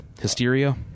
Hysteria